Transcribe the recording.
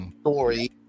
story